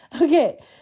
Okay